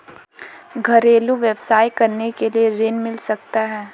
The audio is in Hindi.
घरेलू व्यवसाय करने के लिए ऋण मिल सकता है?